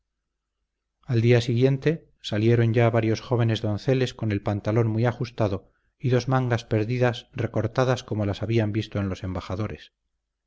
al día siguiente salieron ya varios jóvenes donceles con el pantalón muy ajustado y dos mangas perdidas recortadas como las habían visto en los embajadores